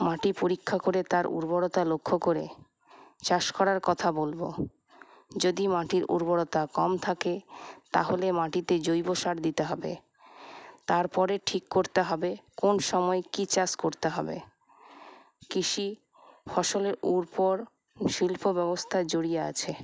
মাটি পরীক্ষা করে তার উর্বরতা লক্ষ্য করে চাষ করার কথা বলবো যদি মাটির উর্বরতা কম থাকে তাহলে মাটিতে জৈব সার দিতে হবে তারপরে ঠিক করতে হবে কোন সময় কি চাষ করতে হবে কৃষি ফসলের উপর শিল্প ব্যবস্থা জড়িয়ে আছে